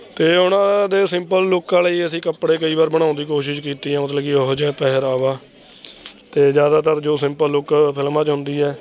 ਅਤੇ ਉਨ੍ਹਾਂ ਦੇ ਸਿੰਪਲ ਲੁੱਕ ਲਈ ਅਸੀਂ ਕੱਪੜੇ ਕਈ ਵਾਰ ਬਣਾਉਣ ਦੀ ਕੋਸ਼ਿਸ਼ ਕੀਤੀ ਆ ਮਤਲਬ ਕਿ ਉਹੋ ਜਿਹੇ ਪਹਿਰਾਵਾ ਅਤੇ ਜ਼ਿਆਦਾਤਰ ਜੋ ਸਿੰਪਲ ਲੁੱਕ ਫਿਲਮਾਂ 'ਚ ਹੁੰਦੀ ਹੈ